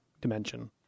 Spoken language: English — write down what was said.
dimension